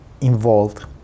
involved